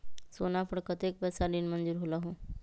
सोना पर कतेक पैसा ऋण मंजूर होलहु?